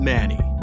Manny